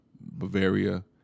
Bavaria